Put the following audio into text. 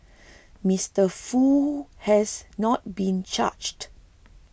Mister Foo has not been charged